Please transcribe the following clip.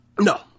no